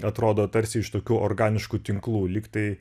atrodo tarsi iš tokių organiškų tinklų lyg tai